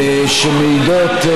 שמעידות,